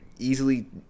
Easily